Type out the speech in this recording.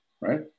right